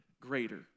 greater